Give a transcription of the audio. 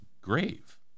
grave